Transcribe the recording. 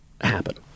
happen